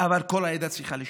אבל כל העדה צריכה לשלם?